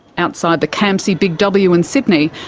outside the campsie big w in sydney,